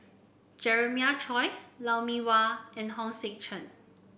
Jeremiah Choy Lou Mee Wah and Hong Sek Chern